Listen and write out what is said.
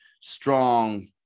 strong